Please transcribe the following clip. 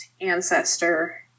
ancestor